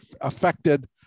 affected